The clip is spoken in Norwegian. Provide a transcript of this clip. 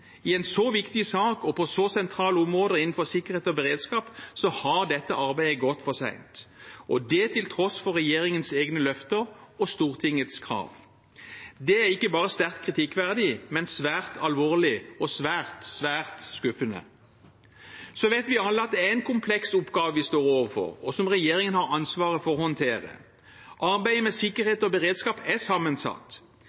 I en så viktig sak og på så sentrale områder innenfor sikkerhet og beredskap har dette arbeidet gått for seint, og det til tross for regjeringens egne løfter og Stortingets krav. Det er ikke bare sterkt kritikkverdig, men svært alvorlig og svært, svært skuffende. Så vet vi alle at det er en kompleks oppgave vi står overfor, og som regjeringen har ansvaret for å håndtere. Arbeidet med sikkerhet